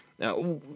Now